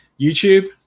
YouTube